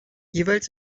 jeweils